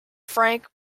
frank